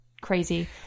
crazy